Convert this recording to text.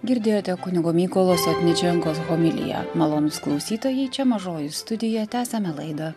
girdėjote kunigo mykolo sotničenkos homiliją malonūs klausytojai čia mažoji studija tęsiame laidą